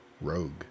rogue